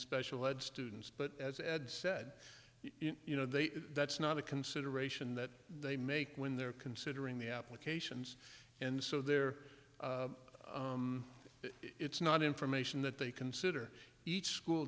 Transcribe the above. special ed students but as ed said you know they that's not a consideration that they make when they're considering the applications and so they're it's not information that they consider each school